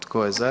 Tko je za?